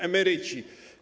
Emeryci.